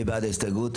מי בעד קבלת ההסתייגות?